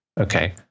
Okay